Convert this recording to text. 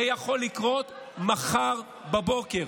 זה יכול לקרות מחר בבוקר.